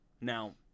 now